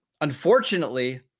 Unfortunately